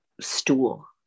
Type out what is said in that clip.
stool